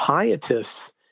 Pietists